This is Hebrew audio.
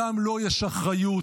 גם לו יש אחריות,